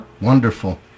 Wonderful